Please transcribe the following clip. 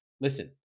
Listen